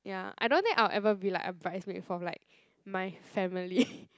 ya I don't think I'll ever be like a bridesmaid for like my family